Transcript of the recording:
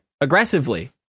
aggressively